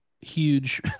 huge